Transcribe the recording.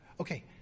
Okay